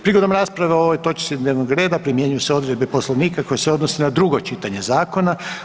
Prigodom rasprave o ovoj točci dnevnog primjenjuju se odredbe Poslovnika koje se odnose na drugo čitanje zakona.